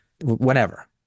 whenever